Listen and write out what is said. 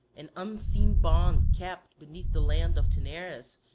an unseen bond kept beneath the land of taenarus,